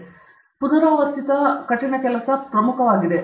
ಆಗಾಗ್ಗೆ ಪುನರಾವರ್ತಿತ ಹಾರ್ಡ್ ಕೆಲಸ ಪ್ರಮುಖವಾಗಿದೆ